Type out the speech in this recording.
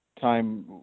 time